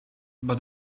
but